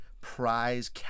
prize